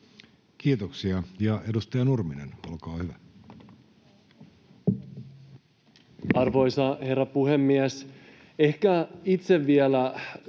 Kiitoksia. — Ja edustaja Nurminen, olkaa hyvä. Arvoisa herra puhemies! Ehkä itse tulin